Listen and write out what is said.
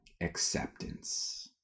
acceptance